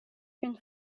une